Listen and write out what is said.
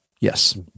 yes